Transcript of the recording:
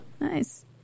Nice